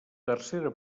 tercera